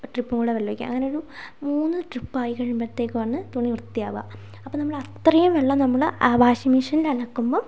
trip കൂടി വെള്ളമൊഴിക്കും അങ്ങനെ ഒരു മൂന്ന് ട്രിപ്പായി കഴിയുമ്പോഴത്തേക്കും ആണ് തുണി വൃത്തി ആവുക അപ്പോൾ നമ്മൾ അത്രേയും വെള്ളം നമ്മൾ ആ വാഷിംഗ് മെഷീനിൽ അലക്കുമ്പം